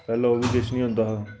पैह्लें ओह्बी किश निं होंदा हा